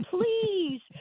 please